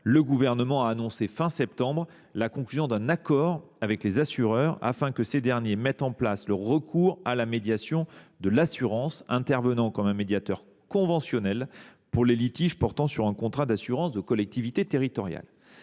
le Gouvernement a annoncé à la fin du mois de septembre dernier la conclusion d’un accord avec les assureurs, afin que ces derniers mettent en place le recours à la médiation de l’assurance, intervenant comme un médiateur conventionnel, pour les litiges portant sur les contrats d’assurance des collectivités territoriales.